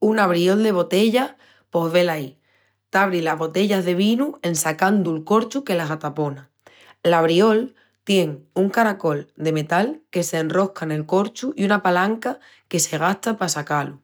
Un abriol de botellas pos, velaí, t'abri las botellas de vinu en sacandu'l corchu que las atapona. L'abriol tien un caracol de metal que s'enrosca nel corchu i una palanca que se gasta pa sacá-lu.